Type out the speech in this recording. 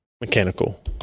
mechanical